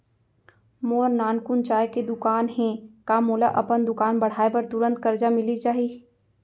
मोर नानकुन चाय के दुकान हे का मोला अपन दुकान बढ़ाये बर तुरंत करजा मिलिस जाही?